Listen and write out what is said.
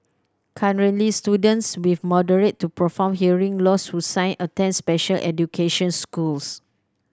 currently students with moderate to profound hearing loss who sign attend special education schools